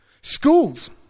Schools